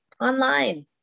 online